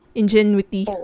ingenuity